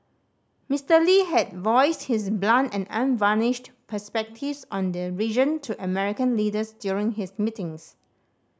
Mister Lee had voiced his blunt and unvarnished perspectives on the region to American leaders during his meetings